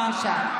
בבקשה.